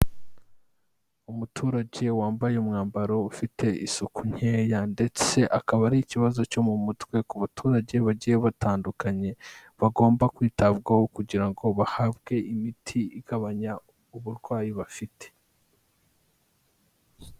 Umuturage wambaye umwambaro ufite isuku nkeya, ndetse akaba ari ikibazo cyo mu mutwe ku baturage bagiye batandukanye bagomba kwitabwaho kugira ngo bahabwe imiti igabanya uburwayi bafite.